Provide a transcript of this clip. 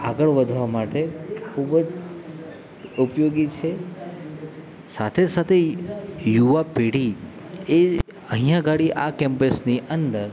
આગળ વધવા માટે ખૂબ જ ઉપયોગી છે સાથે સાથે યુવા પેઢી એ અહીંયા આગળ આ કેમ્પસની અંદર